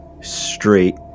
straight